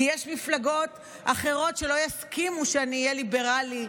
כי יש מפלגות אחרות שלא יסכימו שאני אהיה ליברלי ימני.